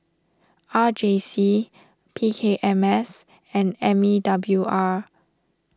R J C P K M S and M E W R